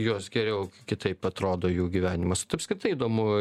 juos geriau kitaip atrodo jų gyvenimas apskritai įdomu